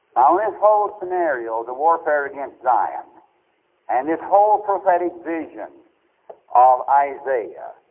ah in this whole scenario, the warfare against zion and this whole prophetic vision of isaiah,